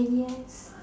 and yes